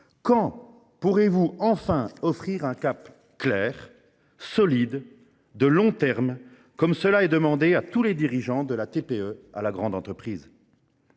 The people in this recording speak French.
Quand pourrez vous enfin offrir un cap clair, solide et de long terme, comme on le demande à tout dirigeant, de la très petite à la grande entreprise ?